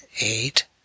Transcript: Eight